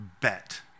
Bet